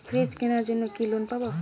Fridge কেনার জন্য কি লোন পাব?